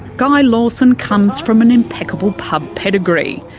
guy lawson comes from an impeccable pub pedigree.